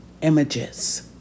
images